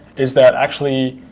is that actually